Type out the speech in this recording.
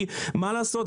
מה לעשות,